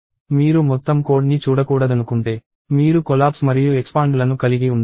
మీరు మొత్తం కోడ్ని చూడకూడదనుకుంటే మీరు కొలాప్స్ మరియు ఎక్స్పాండ్ లను కలిగి ఉండాలి